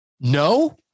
No